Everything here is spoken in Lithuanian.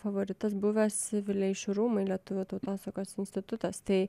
favoritas buvęs vileišių rūmai lietuvių tautosakos institutas tai